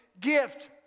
gift